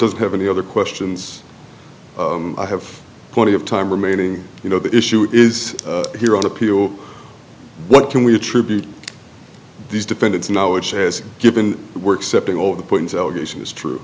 doesn't have any other questions i have plenty of time remaining you know the issue is here on appeal what can we attribute these defendants now which has given the work setting all the points allegation is true